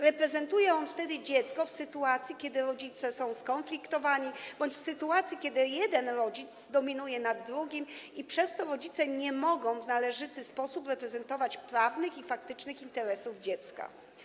Reprezentuje on dziecko, w sytuacji kiedy rodzice są skonfliktowani bądź w sytuacji kiedy jeden rodzic dominuje nad drugim i przez to rodzice nie mogą w należyty sposób reprezentować prawnych i faktycznych interesów dziecka.